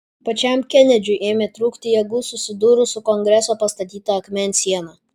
pačiam kenedžiui ėmė trūkti jėgų susidūrus su kongreso pastatyta akmens siena